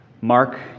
Mark